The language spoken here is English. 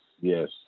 yes